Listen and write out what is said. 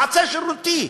מעשה שרירותי,